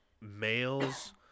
males